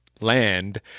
Land